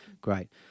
great